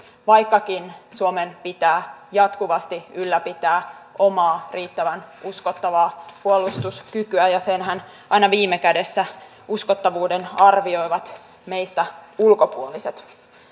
vaikkakin suomen pitää jatkuvasti ylläpitää omaa riittävän uskottavaa puolustuskykyään ja sen uskottavuudenhan aina viime kädessä arvioivat meistä ulkopuoliset